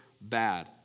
bad